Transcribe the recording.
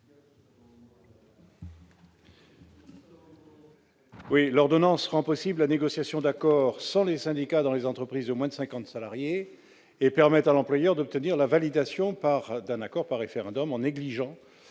L'ordonnance rendra possible la négociation d'accords sans les syndicats dans les entreprises de moins de 50 salariés et permettra à l'employeur d'obtenir la validation d'un accord par référendum, en négligeant